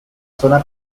zona